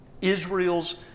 Israel's